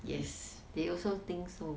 yes they also think so